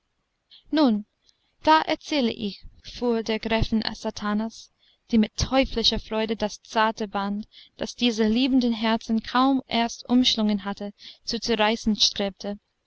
geheftet nun da erzähle ich fuhr die gräfin satanas die mit teuflischer freude das zarte band das diese liebenden herzen kaum erst umschlungen hatte zu zerreißen strebte